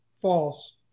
false